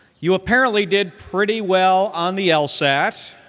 you apparently did pretty well on the lsat